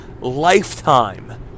Lifetime